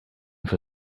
for